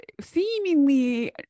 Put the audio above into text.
seemingly